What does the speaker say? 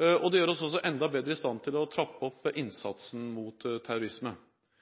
Det gjør oss også enda bedre i stand til å trappe opp